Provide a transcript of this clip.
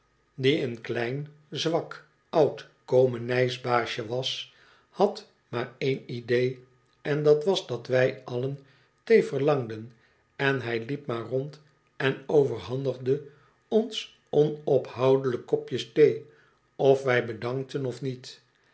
die een klein zwak oud komenijsbaasje was had maar één idee en dat was dat w ij allen thee verlangden en hij liep maar rond en overhandigde ons onophoudelijk kopjes thee of wij bedankten of niet